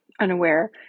Unaware